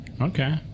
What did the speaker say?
Okay